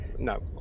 No